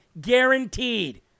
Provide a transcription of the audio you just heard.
guaranteed